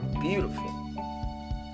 beautiful